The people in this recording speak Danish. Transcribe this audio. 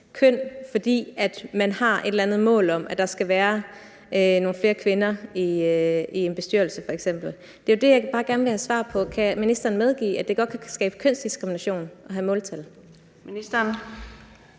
køn, fordi man har et eller andet mål om, at der skal være nogle flere kvinder i en bestyrelse f.eks. Det er jo det, jeg bare gerne vil have svar på: Kan ministeren medgive, at det godt kan skabe kønsdiskrimination at have måltal?